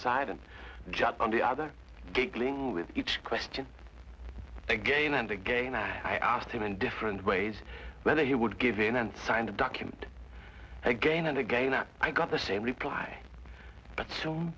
side and just on the other giggling with each question again and again as i asked him in different ways whether he would give in and signed a document again and again or i got the same reply